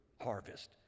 harvest